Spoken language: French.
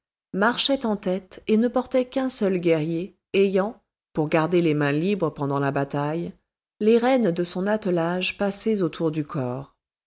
marchaient en tête et ne portaient qu'un seul guerrier ayant pour garder les mains libres pendant la bataille les rênes de son attelage passées autour du corps